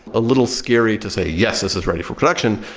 a little scary to say, yes, this is ready for production.